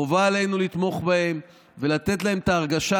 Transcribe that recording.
חובה עלינו לתמוך בהם ולתת להם את ההרגשה,